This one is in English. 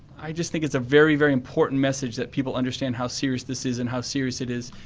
i just think it's a very, very important message that people understand how serious this is and how serious it is,